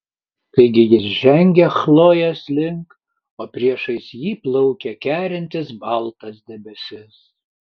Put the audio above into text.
taigi jis žengia chlojės link o priešais jį plaukia kerintis baltas debesis